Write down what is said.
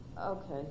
Okay